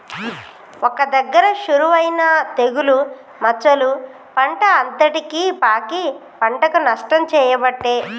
ఒక్క దగ్గర షురువు అయినా తెగులు మచ్చలు పంట అంతటికి పాకి పంటకు నష్టం చేయబట్టే